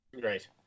Great